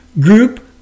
group